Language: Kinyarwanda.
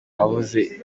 wavuze